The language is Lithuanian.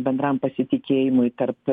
bendram pasitikėjimui tarp